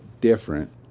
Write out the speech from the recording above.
different